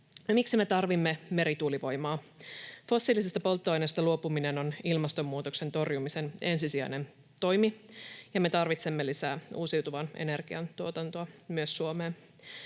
Miksi me tarvitsemme merituulivoimaa? Fossiilisista polttoaineista luopuminen on ilmastonmuutoksen torjumisen ensisijainen toimi, ja me tarvitsemme lisää uusiutuvan energian tuotantoa myös Suomeen.